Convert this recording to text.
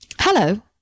Hello